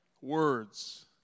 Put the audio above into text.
Words